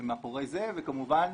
מאחורי זה, וכמובן